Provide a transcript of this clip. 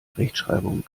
rechtschreibung